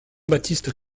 baptiste